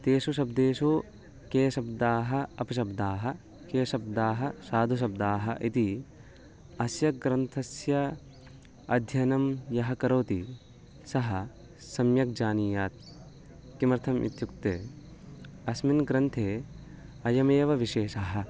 तेषु शब्देषु के शब्दाः अपशब्दाः के शब्दाः साधुशब्दाः इति अस्य ग्रन्थस्य अध्ययनं यः करोति सः सम्यक् जानीयात् किमर्थम् इत्युक्ते अस्मिन्ग्रन्थे अयमेव विशेषः